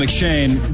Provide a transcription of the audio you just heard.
McShane